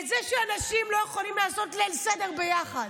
את זה שהאנשים לא יכולים לעשות את ליל הסדר ביחד?